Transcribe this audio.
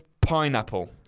PINEAPPLE